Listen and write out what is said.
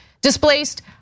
displaced